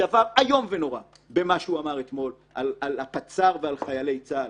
דבר איום ונורא במה שהוא אמר אתמול על הפצ"ר ועל חיילי צה"ל.